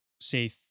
say